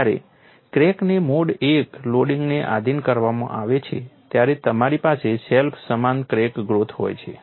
જ્યારે ક્રેકને mode I લોડિંગને આધિન કરવામાં આવે છે ત્યારે તમારી પાસે સેલ્ફ સમાન ક્રેક ગ્રોથ હોય છે